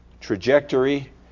trajectory